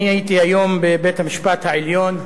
היום הייתי בבית-המשפט העליון,